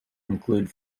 include